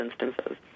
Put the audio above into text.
instances